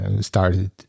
Started